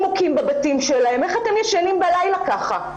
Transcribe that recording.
שנוכל לצאת עם בשורה.